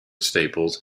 staples